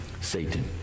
Satan